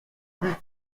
plus